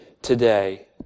Today